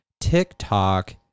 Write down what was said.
TikTok